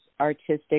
artistic